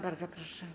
Bardzo proszę.